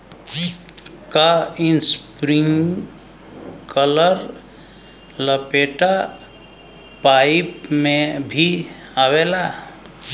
का इस्प्रिंकलर लपेटा पाइप में भी आवेला?